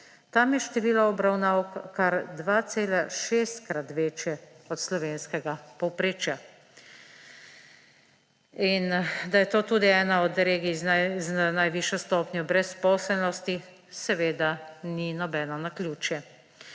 Tam je število obravnav kar 2,6-krat večje od slovenskega povprečja. Da je to tudi ena od regij z najvišjo stopnjo brezposelnosti, seveda ni nobeno naključje.